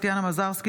טטיאנה מזרסקי,